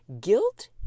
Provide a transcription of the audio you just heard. Guilt